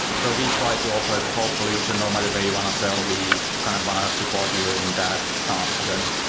so we try to offer the whole solution normally when but you want to sell we kind of want to support you in that journey.